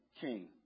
king